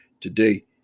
today